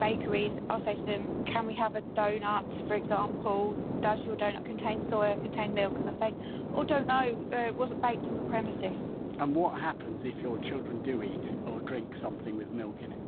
bakeries, i'll say to them can we have a doughnut, for example, does your doughnut contain soya, contain milk and they'll say i don't know, it wasn't baked on the premises and what happens if your children do eat or drink something with milk in it?